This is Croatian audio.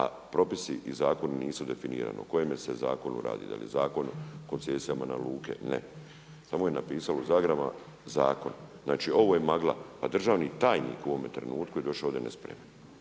a propisi i zakoni nisu definirano o kojemu se zakonu radi, je li Zakon o koncesijama na luke, ne. Samo je napisalo u zagradama zakon. Znači ovo je magla, a državni tajnik, u ovome trenutku je došao ovdje nespreman.